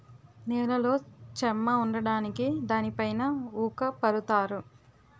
నేలలో చెమ్మ ఉండడానికి దానిపైన ఊక పరుత్తారు